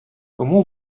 кому